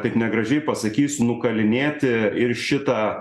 taip negražiai pasakys nukalinėti ir šitą